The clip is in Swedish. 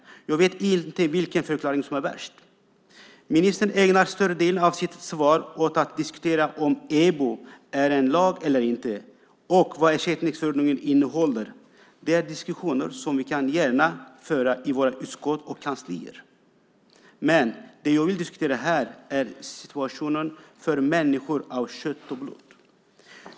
Jag vet inte vilken förklaring som är värst. Ministern ägnar större delen av sitt svar åt att diskutera om EBO är en lag eller inte och vad ersättningsförordningen innehåller. Det är diskussioner som vi gärna kan föra i våra utskott och kanslier. Det jag vill diskutera här är situationen för människor av kött och blod.